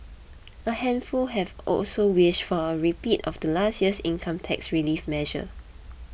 a handful have also wished for a repeat of last year's income tax relief measure